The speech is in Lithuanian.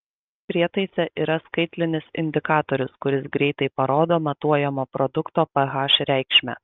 prietaise yra skaitlinis indikatorius kuris greitai parodo matuojamo produkto ph reikšmę